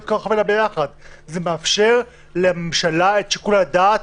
זה מאפשר לממשלה את שיקול הדעת,